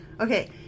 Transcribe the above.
Okay